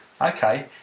Okay